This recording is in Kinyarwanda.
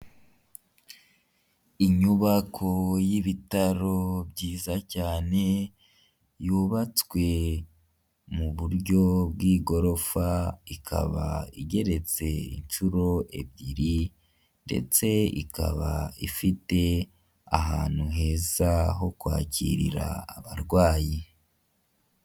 Inyubako y'ibitaro byiza cyane, yubatswe mu buryo bw'igorofa, ikaba igeretse inshuro ebyiri, ndetse ikaba ifite ahantu heza ho kwakirira abarwayi.